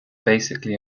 basically